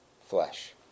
flesh